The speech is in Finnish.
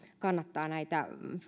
kannattaa näitä